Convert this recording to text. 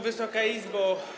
Wysoka Izbo!